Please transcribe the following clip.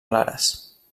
clares